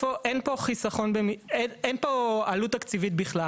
אין פה חסכון, אין פה עלות תקציבית בכלל.